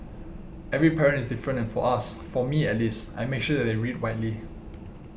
every parent is different and for us for me at least I make sure that they read widely